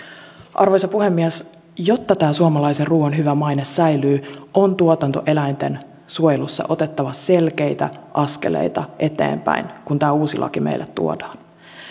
arvoisa puhemies jotta tämä suomalaisen ruuan hyvä maine säilyy on tuotantoeläinten suojelussa otettava selkeitä askeleita eteenpäin kun tämä uusi laki meille tuodaan